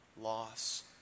loss